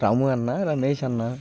రాము అన్న రమేష్ అన్న